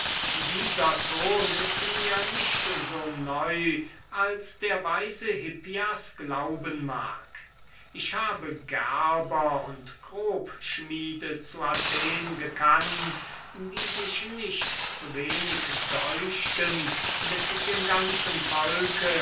dieser ton ist mir nicht so neu als der weise hippias glauben mag ich habe gerber und sackträger zu athen gekannt die sich nicht zu wenig deuchten mit dem ganzen volk